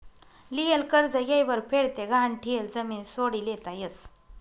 लियेल कर्ज येयवर फेड ते गहाण ठियेल जमीन सोडी लेता यस